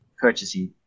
purchasing